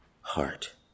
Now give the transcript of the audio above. heart